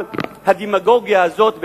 אבל הדמגוגיה הזאת,